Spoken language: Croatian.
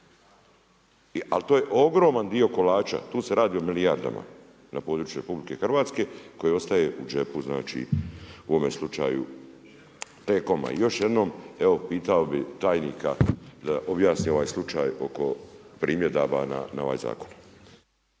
Ali to je ogroman dio kolača, tu se radi o milijardama, na području RH koji ostaje u džepu, znači, u ovome slučaju T-COM-a. Još jednom evo pitao bi tajnika da objasni ovaj slučaj oko primjedaba na ovaj zakon.